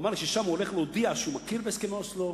הוא אמר לי שהוא הולך להודיע שם שהוא מכיר בהסכמי אוסלו,